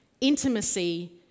intimacy